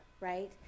right